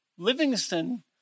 Livingston